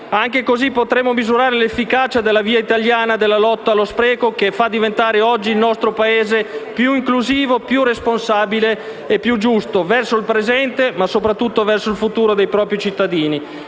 Anche così potremo misurare l'efficacia della via italiana della lotta allo spreco che oggi fa diventare il nostro Paese più inclusivo, più responsabile e più giusto verso il presente, ma soprattutto verso il futuro dei propri cittadini.